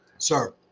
Sir